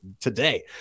today